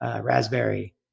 raspberry